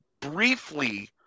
briefly